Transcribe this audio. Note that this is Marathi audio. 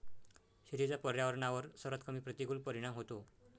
शेतीचा पर्यावरणावर सर्वात कमी प्रतिकूल परिणाम होतो